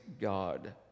God